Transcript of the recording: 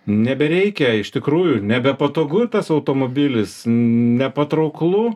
nebereikia iš tikrųjų nebepatogu tas automobilis nepatrauklu